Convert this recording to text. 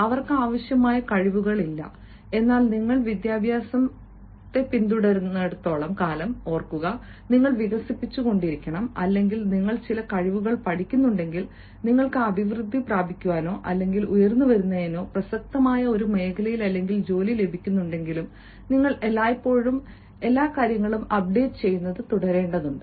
അവർക്ക് ആവശ്യമായ കഴിവുകൾ ഇല്ല എന്നാൽ നിങ്ങൾ വിദ്യാഭ്യാസം പിന്തുടരുന്നിടത്തോളം കാലം ഓർക്കുക നിങ്ങൾ വികസിപ്പിച്ചുകൊണ്ടിരിക്കുന്നു അല്ലെങ്കിൽ നിങ്ങൾ ചില കഴിവുകൾ പഠിക്കുന്നുണ്ടെങ്കിൽ നിങ്ങൾക്ക് അഭിവൃദ്ധി പ്രാപിക്കാനോ അല്ലെങ്കിൽ ഉയർന്നുവരുന്നതിനോ പ്രസക്തമായ ഒരു മേഖലയിൽ ജോലി ലഭിക്കുന്നുണ്ടെങ്കിലും നിങ്ങൾ എല്ലായ്പ്പോഴും അപ്ഡേറ്റ് ചെയ്യുന്നത് തുടരേണ്ടതുണ്ട്